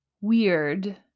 weird